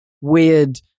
weird